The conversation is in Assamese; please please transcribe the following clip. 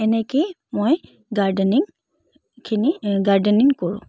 এনেকেই মই গাৰ্ডেনিংখিনি গাৰ্ডেনিং কৰোঁ